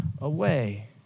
away